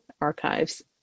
archives